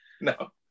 No